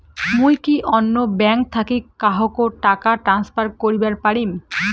মুই কি অন্য ব্যাঙ্ক থাকি কাহকো টাকা ট্রান্সফার করিবার পারিম?